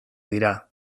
dira